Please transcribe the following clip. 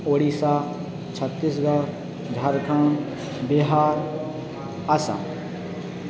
Odisha Chhattisgarh Jharkhand Bihar Assam